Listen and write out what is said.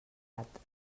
gat